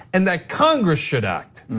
and that congress should act.